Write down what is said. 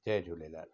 Jay Jhulelal